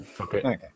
Okay